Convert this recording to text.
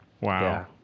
wow